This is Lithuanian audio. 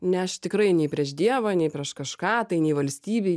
ne aš tikrai nei prieš dievą nei prieš kažką tai nei valstybei